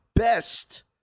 Best